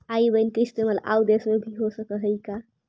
आई ban के इस्तेमाल आउ देश में भी हो सकऽ हई का?